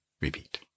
repeat